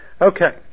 Okay